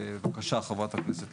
בוקר טוב,